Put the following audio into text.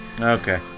Okay